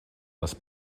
les